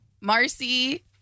Marcy